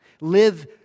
Live